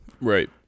right